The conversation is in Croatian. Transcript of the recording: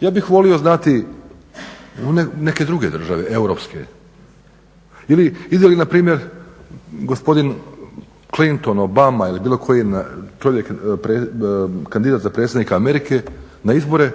ja bih volio znati neke druge države Europske ili ide li npr. gospodin Clinton, Obama ili bilo koji čovjek kandidat za predsjednika Amerike na izbore